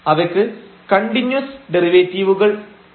അവയ്ക്ക് കണ്ടിന്യൂസ് ഡെറിവേറ്റീവുകൾ ഉണ്ട്